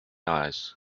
eyes